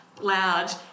loud